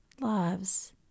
loves